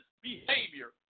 behavior